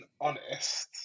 honest